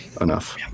enough